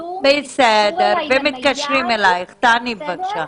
בסדר, ומתקשרים אליך, תעני בבקשה.